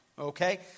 Okay